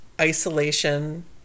isolation